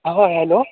हो हॅलो